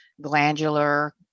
glandular